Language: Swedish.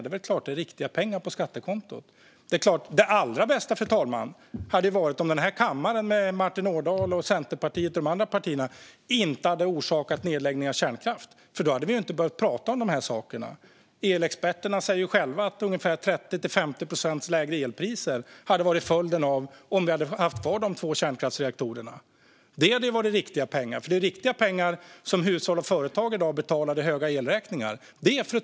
Det är väl klart att det är riktiga pengar på skattekontot! Det allra bästa hade varit om kammaren med Martin Ådahl, Centerpartiet och de andra partierna inte hade orsakat nedläggning av kärnkraft, fru talman. Då hade vi inte behövt prata om de här sakerna. Elexperterna säger själva att om vi hade haft kvar de två kärnkraftsreaktorerna hade följden varit lägre elpriser med ungefär 30-50 procent. Det hade varit riktiga pengar. Det är nämligen med riktiga pengar som hushåll och företag i dag betalar de höga elräkningarna.